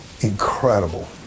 incredible